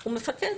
הוא מפקד.